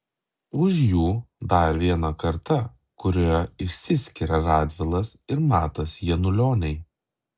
už jų dar viena karta kurioje išsiskiria radvilas ir matas janulioniai